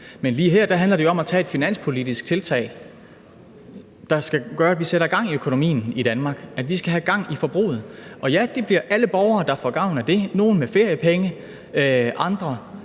Men lige her handler det jo om at lave et finanspolitisk tiltag, der gør, at vi sætter gang i økonomien i Danmark – vi skal have gang i forbruget. Og ja, det bliver alle borgere, der får gavn af det – nogle med feriepenge, andre